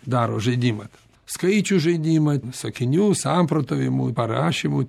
daro žaidimą ten skaičių žaidimą sakinių samprotavimui parašymui